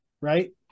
right